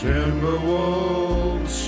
Timberwolves